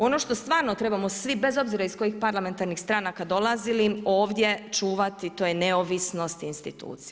Ono što stvarno trebamo svi bez obzira iz kojih parlamentarnih stranaka dolazili ovdje čuvati to je neovisnost institucija.